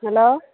hello